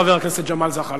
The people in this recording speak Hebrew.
חבר הכנסת ג'מאל זחאלקה.